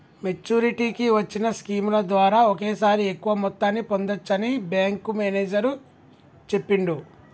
మెచ్చురిటీకి వచ్చిన స్కీముల ద్వారా ఒకేసారి ఎక్కువ మొత్తాన్ని పొందచ్చని బ్యేంకు మేనేజరు చెప్పిండు